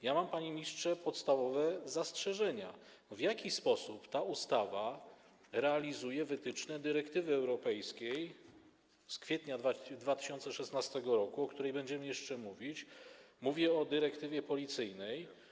Ja mam, panie ministrze, podstawowe zastrzeżenia co do tego, w jaki sposób ta ustawa realizuje wytyczne dyrektywy europejskiej z kwietnia 2016 r., o której będziemy jeszcze mówić, mówię o dyrektywie policyjnej.